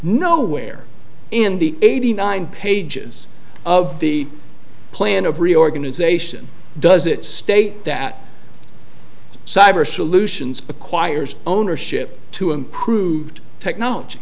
nowhere in the eighty nine pages of the plan of reorganization does it state that cyber solutions acquires ownership to improved technology